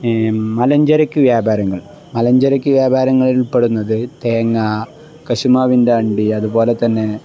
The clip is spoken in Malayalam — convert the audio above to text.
മലഞ്ചരക്ക് വ്യാപാരങ്ങൾ മലഞ്ചരക്ക് വ്യാപാരങ്ങളിൽ പെടുന്നത് തേങ്ങ കശുമാവിൻ്റെ അണ്ടി അതുപോലെ തന്നെ